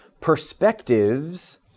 perspectives